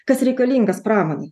kas reikalingas pramonei